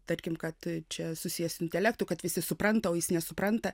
tarkim kad čia susijęs su intelektu kad visi supranta o jis nesupranta